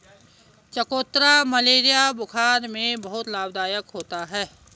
चकोतरा मलेरिया बुखार में बहुत लाभदायक होता है